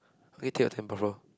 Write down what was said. okay take your time